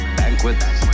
banquets